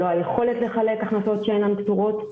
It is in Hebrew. היכולת לחלק הכנסות שאינן פטורות.